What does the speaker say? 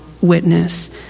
witness